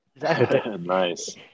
Nice